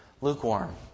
lukewarm